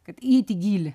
kad įeit į gylį